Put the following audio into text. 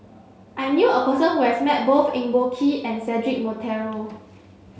I knew a person who has met both Eng Boh Kee and Cedric Monteiro